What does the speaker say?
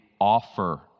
offer